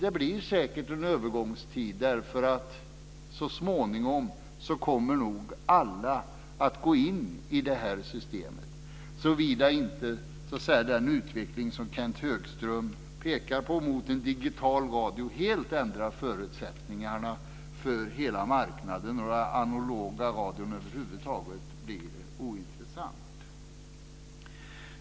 Det blir säkert en övergångstid, för alla kommer nog så småningom att gå in i detta system, såvida inte den utveckling som Kenth Högström pekar på mot en digital radio helt ändrar förutsättningarna för hela marknaden och den analoga radion blir helt ointressant.